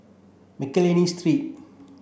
Mcnally Street